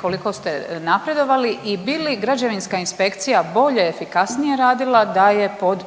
Koliko ste napredovali? I bi li Građevinska inspekcija bolje, efikasnije radila da je pod